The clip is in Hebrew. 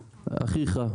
אחיך,